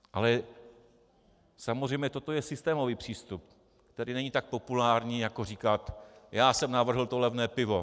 Ale samozřejmě toto je systémový přístup, který není tak populární, jako říkat: Já jsem navrhl to levné pivo.